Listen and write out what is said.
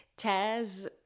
Taz